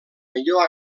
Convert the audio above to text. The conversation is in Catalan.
millor